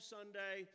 Sunday